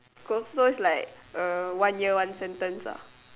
so is like uh one year one sentence ah